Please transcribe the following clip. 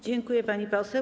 Dziękuję, pani poseł.